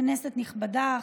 כנסת נכבדה,